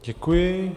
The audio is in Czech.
Děkuji.